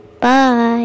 Bye